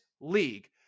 league